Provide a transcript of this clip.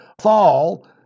fall